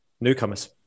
newcomers